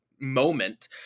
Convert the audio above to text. moment